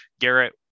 Garrett